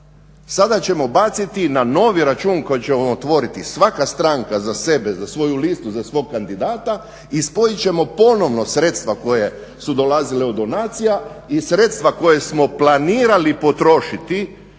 sada ćemo baciti na novi račun koji će otvoriti svaka stranka za sebe i za svoju listu, za svog kandidata i spojiti ćemo ponovno sredstva koje su dolazile od donacija i sredstva koja smo planirali potrošiti